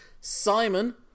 Simon